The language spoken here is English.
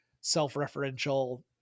self-referential